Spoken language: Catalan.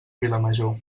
vilamajor